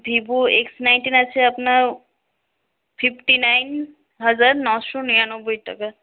Vivo X nineteen আছে আপনার fifty nine হাজার নশো নিরানব্বই টাকা